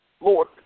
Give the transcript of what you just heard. Lord